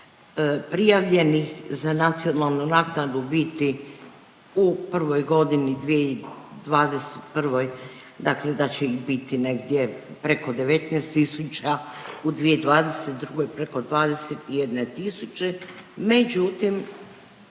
prijavljenih za nacionalnu naknadu biti u prvoj godini 2021., dakle da će ih biti negdje preko 19 tisuća, u 2022. preko 21 tisuće, međutim